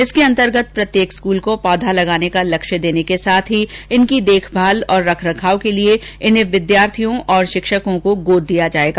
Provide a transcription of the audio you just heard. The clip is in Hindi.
इसके अंतर्गत प्रत्येक स्कूल को पौधे लगाने का लक्ष्य देने के साथ ही इनकी देखभाल और रखरखाव के लिए इन्हें विद्यार्थियों और शिक्षकों को गोद दिया जाएगा